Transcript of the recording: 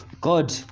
God